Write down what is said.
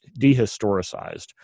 dehistoricized